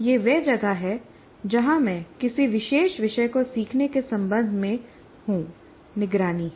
यह वह जगह है जहां मैं किसी विशेष विषय को सीखने के संबंध में हूं निगरानी है